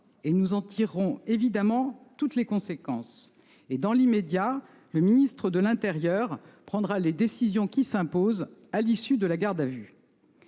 et nous en tirerons, bien évidemment, toutes les conséquences. Dans l'immédiat, le ministre de l'intérieur prendra les décisions qui s'imposent à l'issue de la garde à vue.